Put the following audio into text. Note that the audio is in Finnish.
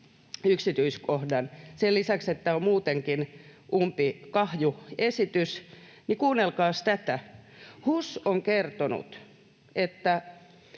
yksityiskohdan sen lisäksi, että tämä on muutenkin umpikahju esitys. Kuunnelkaapas tätä: HUS on kertonut, että